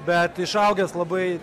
bet išaugęs labai